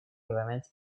elements